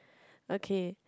okay